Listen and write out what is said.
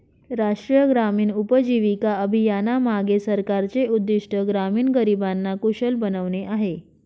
राष्ट्रीय ग्रामीण उपजीविका अभियानामागे सरकारचे उद्दिष्ट ग्रामीण गरिबांना कुशल बनवणे आहे